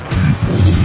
people